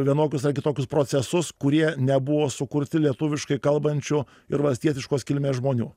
vienokius ar kitokius procesus kurie nebuvo sukurti lietuviškai kalbančių ir valstietiškos kilmės žmonių